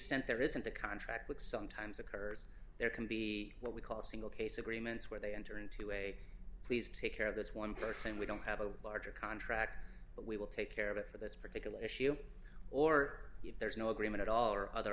extent there isn't a contract which sometimes occurs there can be what we call single case agreements where they enter into a please take care of this one person we don't have a larger contract but we will take care of it for this particular issue or if there is no agreement at all or other